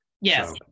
yes